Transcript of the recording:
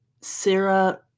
Sarah